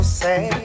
say